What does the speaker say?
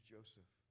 Joseph